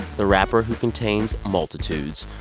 the rapper who contains multitudes.